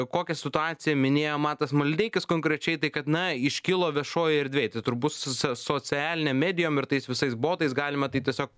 kokią situaciją minėjo matas maldeikis konkrečiai tai kad na iškilo viešojoj erdvėj tai turbūt socia socialinėm medijom ir tais visais botais galima tai tiesiog